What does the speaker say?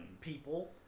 People